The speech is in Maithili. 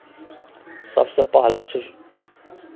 सभसँ पहिला चीज